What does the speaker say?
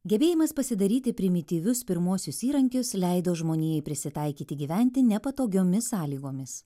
gebėjimas pasidaryti primityvius pirmuosius įrankius leido žmonijai prisitaikyti gyventi nepatogiomis sąlygomis